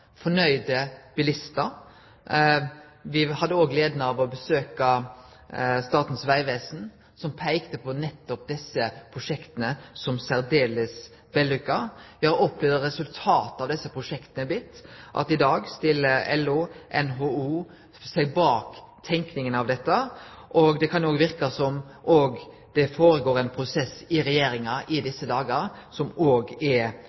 bilistar. Me hadde òg gleda av å besøkje Statens vegvesen, som peikte på at nettopp desse prosjekta var særdeles vellykka. Me har opplevd at resultatet av desse prosjekta har blitt at LO og NHO i dag stiller seg bak tenkinga her, og det kan verke som om det føregår ein prosess i Regjeringa i desse dagar som òg er